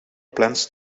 plans